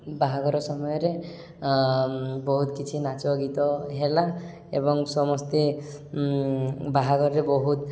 ବାହାଘର ସମୟରେ ବହୁତ କିଛି ନାଚ ଗୀତ ହେଲା ଏବଂ ସମସ୍ତେ ବାହାଘରରେ ବହୁତ